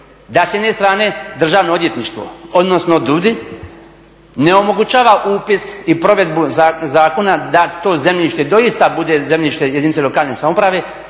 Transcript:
Da s jedne strane Državno odvjetništvo odnosno DUDI ne omogućava upis i provedbu zakona da to zemljište doista bude zemljište jedinice lokalne samouprave